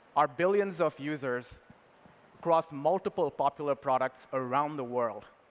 our billions of users across multiple popular products around the world.